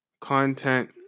content